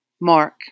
Mark